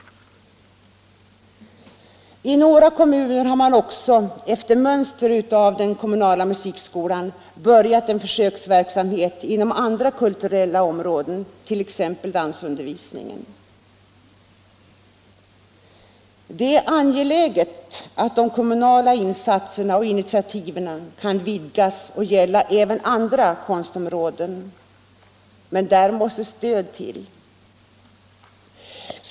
I några kommuner har man också, efter mönster av den kommunala musikskolan, börjat försöksverksamhet inom andra kulturella områden, t.ex. dansundervisning. Det är angeläget att de kommunala insatser och initiativen kan vidgas till att gälla även andra konstområden, men där måste stöd till.